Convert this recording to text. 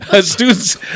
Students